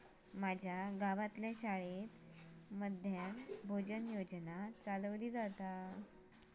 माज्या गावातल्या शाळेत मध्यान्न भोजन योजना चलवली जाता